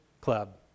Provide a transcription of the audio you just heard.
club